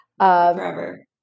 Forever